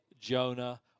Jonah